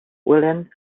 william